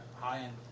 High-end